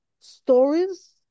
stories